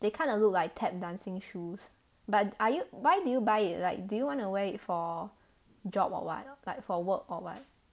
they kind of look like tap dancing shoes but are you why did you buy it like do you want to wear it for job or what like for work or what